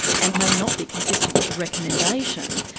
and may not be consistent with the recommendation,